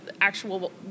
actual